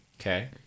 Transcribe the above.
Okay